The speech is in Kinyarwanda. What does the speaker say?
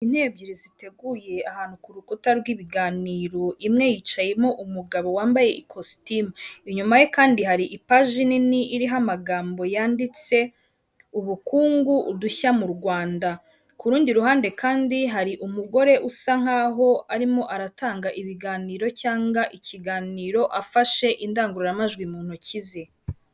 Intero ebyiri ziteguye ahantu ku rukuta rw'ibiganiro imwe yicayemo umugabo wambaye ikositimu, inyuma ye kandi hari ipaji nini iriho amagambo yanditse ubukungu udushya mu rwanda ku rundi ruhande kandi hari umugore usa nkaho arimo aratanga ibiganiro cyangwa ikiganiro afashe indangururamajwi mu ntoki ze.